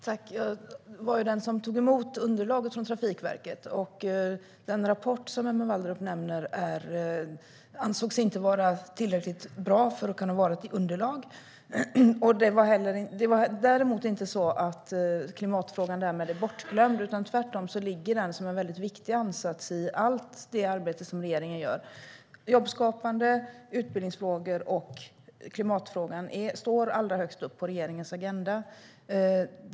Fru talman! Jag var den som tog emot underlaget från Trafikverket, och den rapport Emma Wallrup nämner ansågs inte tillräckligt bra för att kunna utgöra ett underlag. Det är däremot inte så att klimatfrågan därmed är bortglömd, utan den ligger tvärtom som en väldigt viktig ansats i allt arbete regeringen gör. Jobbskapande, utbildningsfrågor och klimatfrågan står allra högst upp på regeringens agenda.